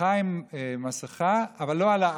שהלכה עם מסכה, אבל לא על האף.